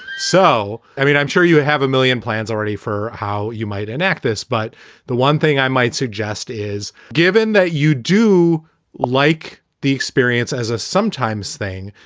so, i mean, i'm sure you have a million plans already for how you might enact this. but the one thing i might suggest is, given that you do like the experience as a sometimes thing,